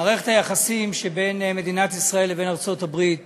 מערכת היחסים בין מדינת ישראל לבין ארצות-הברית